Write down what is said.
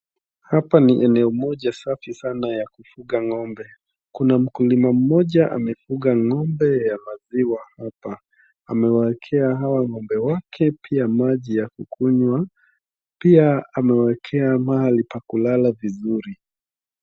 Hapa ni eneo moja safi sana ya kufuga ng'ombe. Kuna mkulima mmoja amefuga ng'ombe ya maziwa hapa amewaekea pia hawa ng'ombe wake maji ya kukunywa, pia amewaekea mahali pa kulala vizuri.